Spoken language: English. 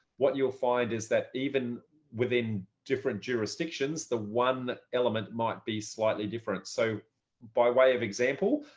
what you'll find is that even within different jurisdictions, the one element might be slightly different. so by way of example,